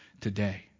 today